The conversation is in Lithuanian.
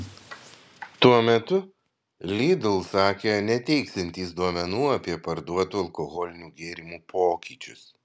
tuo metu lidl sakė neteiksiantys duomenų apie parduotų alkoholinių gėrimų pokyčius